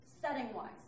setting-wise